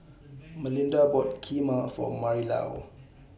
Malinda bought Kheema For Marilou